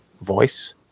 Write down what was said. voice